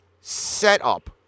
setup